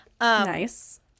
Nice